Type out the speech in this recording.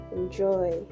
Enjoy